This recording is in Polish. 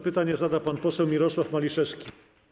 Pytanie zada pan poseł Mirosław Maliszewski.